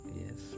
yes